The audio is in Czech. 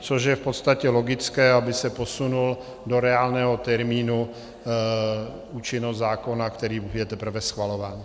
Což je v podstatě logické, aby se posunula do reálného termínu účinnost zákona, který je teprve schvalován.